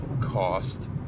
cost